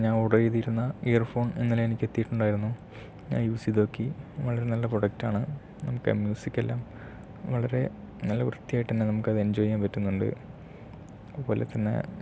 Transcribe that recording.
ഞാൻ ഓർഡർ ചെയ്തിരുന്ന earphone ഇന്നലെ എനിക്ക് എത്തിയിട്ടുണ്ടായിരുന്നു ഞാൻ യൂസ് ചെയ്തു നോക്കി വളരെ നല്ല പ്രോഡക്റ്റ് ആണ് നമുക്ക് മ്യൂസിക്കെല്ലാം വളരെ നല്ല വൃത്തിയായിട്ടു തന്നെ നമുക്കത് എൻജോയ് ചെയ്യാൻ പറ്റുന്നുണ്ട് അതുപോലെത്തന്നെ